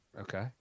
Okay